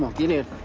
get in.